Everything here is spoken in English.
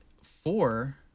four